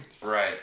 Right